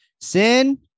Sin